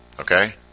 okay